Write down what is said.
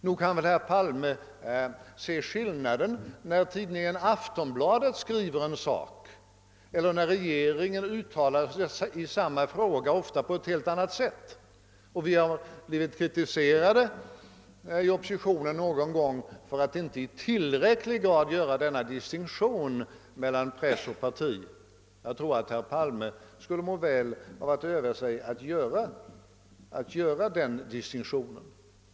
Nog kan väl herr Palme se skillnaden när tidningen Aftonbladet skriver en sak och när regeringen uttalar sig i samma fråga, ofta på ett helt annat sätt. Inom oppositionen har vi någon gång blivit kritiserade för att inte i tillräcklig grad iaktta denna distinktion mellan press och regeringsparti. Jag tror att herr Palme skulle må väl av att öva sig i att göra den distinktionen.